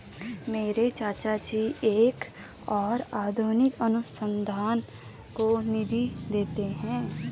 मेरे चाचा जी नए और आधुनिक अनुसंधान को निधि देते हैं